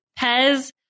Pez